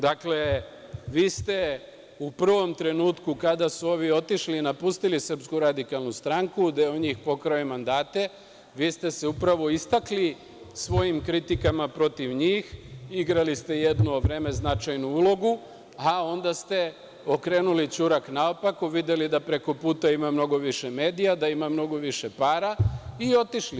Dakle, vi ste u prvom trenutku kada su ovi otišli, napustili SRS, deo njih je pokrao i mandate, vi ste se upravo istakli svojim kritikama protiv njih, igrali ste jedno vreme značajnu ulogu, a onda ste okrenuli ćurak naopako, videli da preko puta ima mnogo više medija, da ima mnogo više para i otišli.